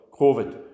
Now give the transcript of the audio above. COVID